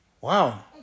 Wow